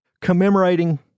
commemorating